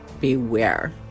beware